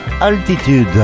altitude